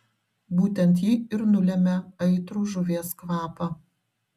būtent ji ir nulemia aitrų žuvies kvapą